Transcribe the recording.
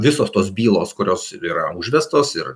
visos tos bylos kurios yra užvestos ir